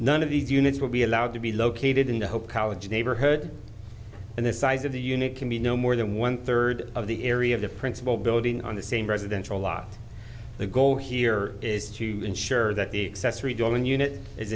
none of these units will be allowed to be located in the whole college neighborhood and the size of the unit can be no more than one third of the area of the principal building on the same residential lot the goal here is to ensure that the excess redrawn unit is